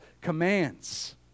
commands